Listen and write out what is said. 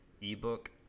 ebook